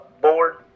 board